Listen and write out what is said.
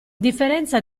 differenza